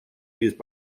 used